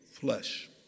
flesh